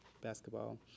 Basketball